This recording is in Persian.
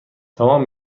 تمام